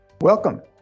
Welcome